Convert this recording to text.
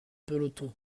peloton